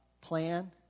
plan